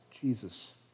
Jesus